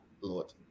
Lord